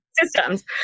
systems